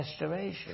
restoration